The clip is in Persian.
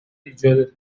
ایجاد